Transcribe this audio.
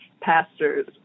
pastors